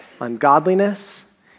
ungodliness